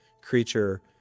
creature